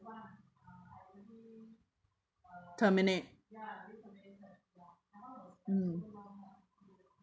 terminate mm